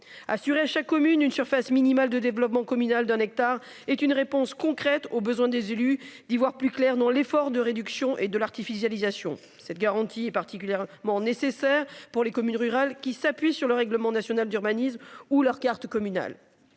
assurer à chaque commune une surface minimale de développement communal d'un hectare est une réponse concrète aux besoins des élus d'y voir plus clair dans l'effort de réduction et de l'artificialisation cette garantie est particulière mais nécessaire pour les communes rurales qui s'appuie sur le règlement national d'urbanisme ou leur carte communale.